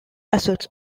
assets